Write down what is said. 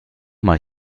mal